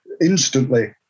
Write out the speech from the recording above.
instantly